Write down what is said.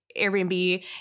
Airbnb